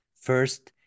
first